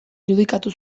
irudikatu